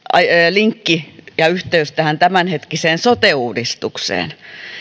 linkki ja yhteys tähän tämänhetkiseen sote uudistukseen